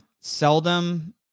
seldom